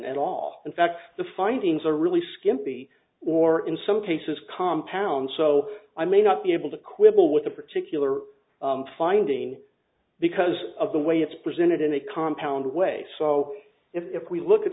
at all in fact the findings are really skimpy or in some cases compound so i may not be able to quibble with a particular finding because of the way it's presented in a compound way so if we look at